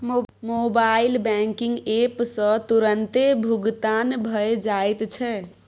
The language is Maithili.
मोबाइल बैंकिंग एप सँ तुरतें भुगतान भए जाइत छै